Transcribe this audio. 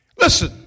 Listen